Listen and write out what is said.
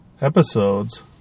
episodes